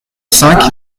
cinq